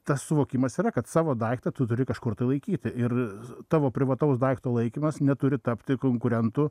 tas suvokimas yra kad savo daiktą tu turi kažkur tai laikyti ir tavo privataus daikto laikymas neturi tapti konkurentu